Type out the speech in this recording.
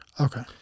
Okay